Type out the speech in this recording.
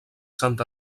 sant